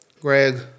Greg